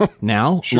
now